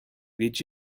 did